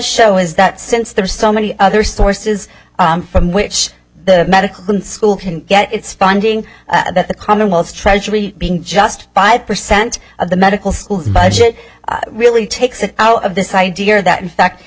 show is that since there are so many other sources from which the medical school can get its funding that the commonwealth treasury being just five percent of the medical schools budget really takes it out of this idea that in fact